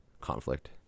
conflict